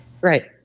Right